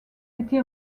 été